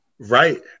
Right